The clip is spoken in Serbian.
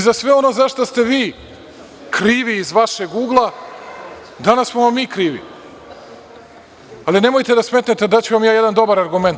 Za sve ono za šta ste vi krivi iz vašeg ugla, danas smo vam mi krivi, ali nemojte da se smejete, daću vam jedan loš argument.